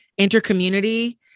intercommunity